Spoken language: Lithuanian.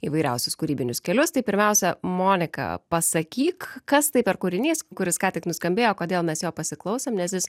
įvairiausius kūrybinius kelius tai pirmiausia monika pasakyk kas tai per kūrinys kuris ką tik nuskambėjo kodėl mes jo pasiklausėm nes jis